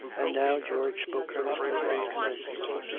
and now george spoke earnestly and convincingly.